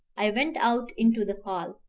i went out into the hall,